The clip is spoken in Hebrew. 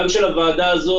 גם של הוועדה הזאת,